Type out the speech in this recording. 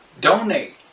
donate